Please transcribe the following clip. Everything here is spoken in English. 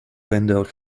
glendale